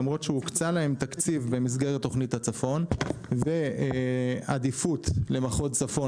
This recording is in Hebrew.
למרות שהוקצה להם תקציב במסגרת תכנית הצפון ועדיפות למחוז צפון